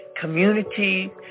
community